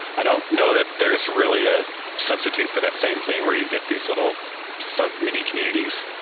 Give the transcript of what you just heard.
i don't know that there's really a substitute for that same thing where you get these little sub-mini communities,